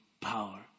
power